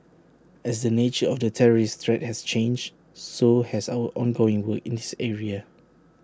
as the nature of the terrorist threat has changed so has our ongoing work in this area